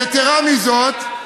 יתרה מזאת,